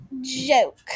joke